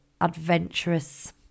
adventurous